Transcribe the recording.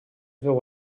veu